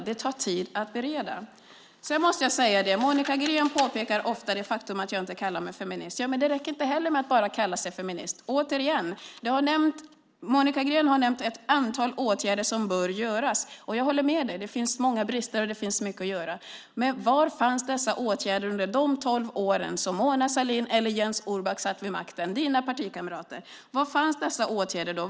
Det tar tid att bereda. Sedan måste jag säga en sak. Monica Green pekar ofta på det faktum att jag inte kallar mig feminist. Men det räcker inte heller att bara kalla sig feminist. Monica Green har nämnt ett antal åtgärder som bör genomföras. Jag håller med dig. Det finns många brister och mycket att göra. Men var fanns dessa åtgärder under de tolv år då Mona Sahlin eller Jens Orback satt vid makten - dina partikamrater? Var fanns dessa åtgärder då?